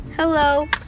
hello